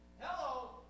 Hello